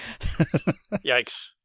yikes